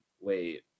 Wait